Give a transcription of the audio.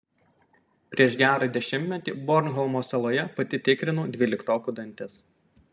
prieš gerą dešimtmetį bornholmo saloje pati tikrinau dvyliktokų dantis